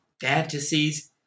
fantasies